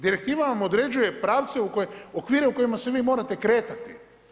Direktiva vam određuje pravce, okvire u kojima se vi morate kretati.